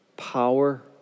power